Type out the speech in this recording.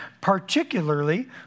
particularly